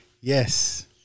Yes